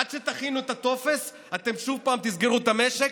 עד שתכינו את הטופס אתם שוב תסגרו את המשק,